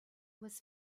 was